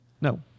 No